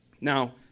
Now